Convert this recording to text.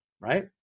right